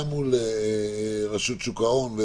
גם מול רשות שוק ההון.